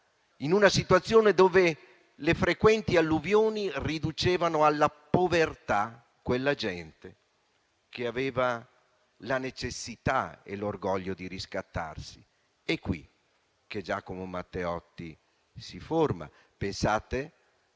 in una condizione in cui le frequenti alluvioni riducevano alla povertà quella gente, che aveva la necessità e l'orgoglio di riscattarsi. È lì che Giacomo Matteotti si forma. Pensate